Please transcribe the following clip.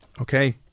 Okay